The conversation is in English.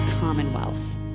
commonwealth